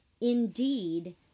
Indeed